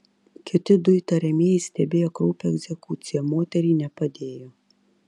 kiti du įtariamieji stebėjo kraupią egzekuciją moteriai nepadėjo